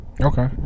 Okay